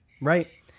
right